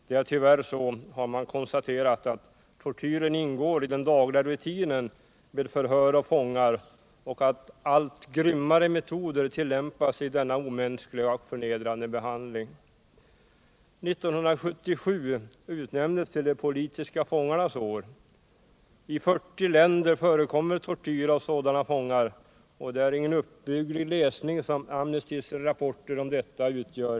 Det är tyvärr så, har man konstaterat, att tortyren ingår i den dagliga rutinen med förhör av fångar och att allt grymmare metoder tillämpas i denna omänskliga och förnedrande behandling. År 1977 utnämndes till de politiska fångarnas år. I 40 länder förekommer tortyr av sådana fångar. Det är ingen uppbygglig läsning som Amnestys rapporter om detta utgör.